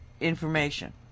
information